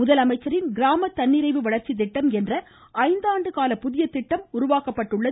முதலமைச்சரின் கிராம தன்னிறைவு வளர்ச்சி திட்டம் என்ற ஐந்தாண்டு கால புதிய திட்டம் உருவாக்கப்பட்டுள்ளது